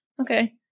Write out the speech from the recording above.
okay